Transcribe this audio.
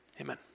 Amen